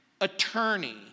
attorney